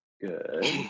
Good